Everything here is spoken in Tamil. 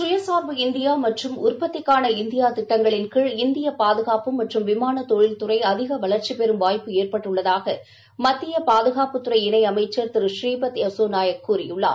சுயசார்பு இந்தியாமற்றும் இந்தியாவில் உற்பத்திதிட்டங்களின் கீழ் இந்தியபாதுகாப்பு மற்றும் விமானதொழில் துறைஅதிகவளர்ச்சிபெறும் வாய்ப்பு ஏற்பட்டுள்ளதாகமத்தியபாதுகாப்புத் துறை இணைஅமைச்சர் திரு ஷ்ரிபத் யசோநாயக் கூறியுள்ளார்